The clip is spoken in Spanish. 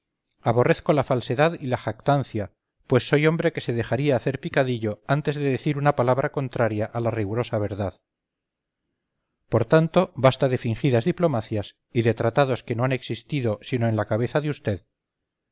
aborrezco la falsedad y la jactancia pues soy hombre que se dejaría hacer picadillo antes que decir una palabra contraria a la rigurosa verdad por tanto basta de fingidas diplomacias y de tratados que no han existido sino en la cabeza de